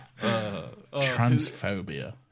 Transphobia